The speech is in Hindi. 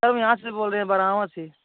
हम यहाँ से बोल रहे हैं बडावां से